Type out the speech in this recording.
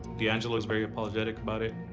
d'angelo's very apologetic about it.